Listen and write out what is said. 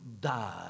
die